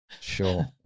sure